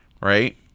Right